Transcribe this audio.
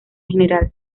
general